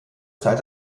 zeit